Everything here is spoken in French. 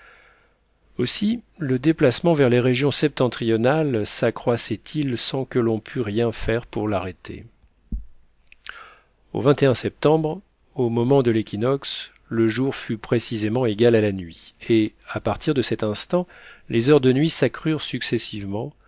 aussi le déplacement vers les régions septentrionales saccroissait il sans que l'on pût rien faire pour l'arrêter au septembre au moment de l'équinoxe le jour fut précisément égal à la nuit et à partir de cet instant les heures de nuit s'accrurent successivement